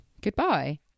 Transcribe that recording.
Goodbye